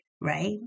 right